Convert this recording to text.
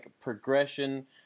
progression